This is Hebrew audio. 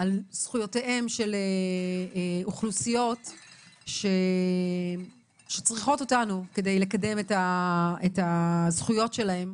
על זכויותיהם של אוכלוסיות שצריכות אותנו כדי לקדם את הזכויות שלהם,